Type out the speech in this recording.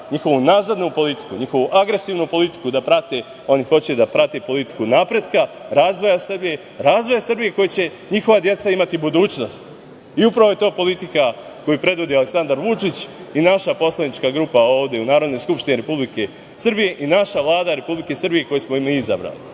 njihovu nazadnu politiku, njihovu agresivnu politiku prate. Oni hoće da prate politiku napretka, razvoja Srbije, razvoja Srbije u kojoj će njihova deca imati budućnost i upravo je to politika koju predvodi Aleksandar Vučić i naša poslanička grupa ovde u Narodnoj skupštini Republike Srbije i naša Vlada Republike Srbije koju smo mi izabrali. Mi